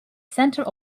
centre